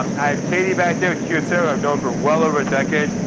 i have katie back there, kyocera, i've known for well over a decade.